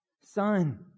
Son